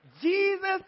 Jesus